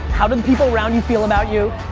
how did the people around you feel about you?